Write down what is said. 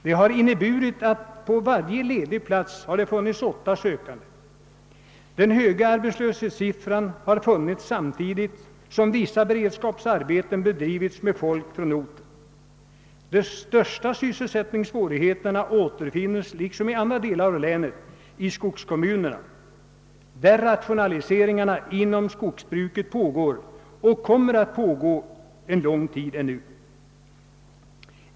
Det har inneburit att det på varje ledig plats funnits åtta sökande. Den höga arbetslöshetssiffran har funnits samtidigt som vissa beredskapsarbeten bedrivits med folk från orten. De största sysselsättningssvårigheterna återfinns liksom i andra delar av länet i skogskommunerna, där rationaliseringarna inom skogsbruket pågår och kommer att pågå under lång tid.